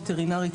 וטרינרית,